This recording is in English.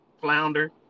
flounder